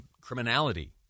criminality